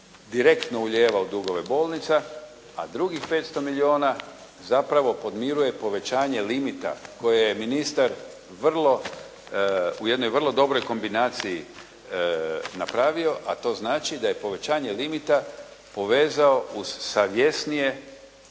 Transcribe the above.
direktno ulijeva u dugove bolnica, a drugih 500 milijuna zapravo podmiruje povećanje limita koje je ministar u jednoj vrlo dobroj kombinaciji napravio, a to znači da je povećanje limita povezao uz savjesnije